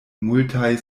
multaj